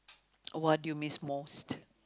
what do you miss most